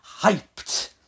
hyped